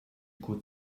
could